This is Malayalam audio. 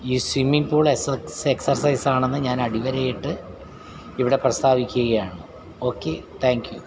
ഈ സിമ്മിങ് പൂള് എക്സർസൈസാണെന്ന് ഞാനടിവരയിട്ട് ഇവിടെ പ്രസ്താവിക്കുകയാണ് ഓക്കെ താങ്ക് യു